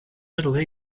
middle